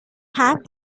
have